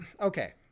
Okay